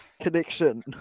connection